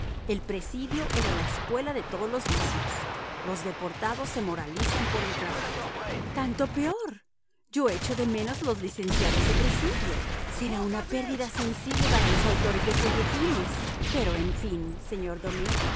el presidio era la escuela de todos los vicios los deportados se moralizan por el trabajo tanto peor yo echo de menos los licenciados de presidio será una pérdida sensible para los autores de folletines pero en fin señor domet